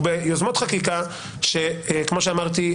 הוא ביוזמות חקיקה שכמו שאמרתי,